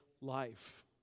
life